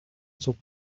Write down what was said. зүг